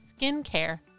skincare